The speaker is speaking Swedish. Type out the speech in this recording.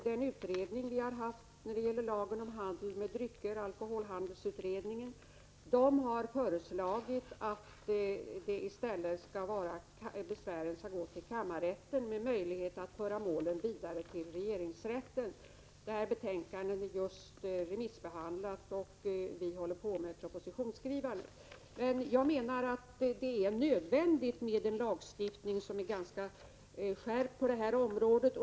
Den utredning som arbetat med lagen om handel med drycker, alkoholhandelsutredningen, har föreslagit att besvären i stället skall gå till kammarrätten, med möjlighet att föra målen vidare till regeringsrätten. Betänkandet har just remissbehandlats, och vi håller på med propositionsskrivandet. Jag menar att det på detta område är nödvändigt med en lagstiftning som är ganska hård.